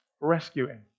rescuing